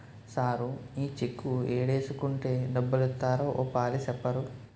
sir ఈ cheque ఏడేసుకుంటే డబ్బులిత్తారో ఓ పాలి సెప్పరూ